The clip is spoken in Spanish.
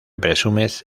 presumes